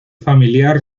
familiar